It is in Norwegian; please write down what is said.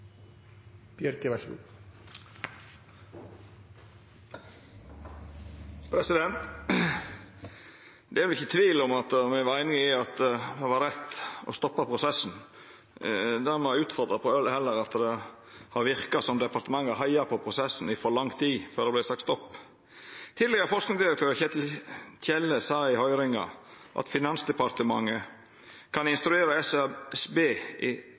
vel ikkje tvil om at me er einige om at det var rett å stoppa prosessen. Det me utfordrar på, er heller at det har verka som om departementet heia på prosessen i for lang tid før det vart sagt stopp. Tidlegare forskingsdirektør Kjetil Telle sa i høyringa at Finansdepartementet kan instruera SSB